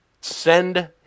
send